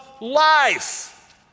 life